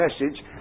message